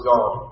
God